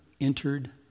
entered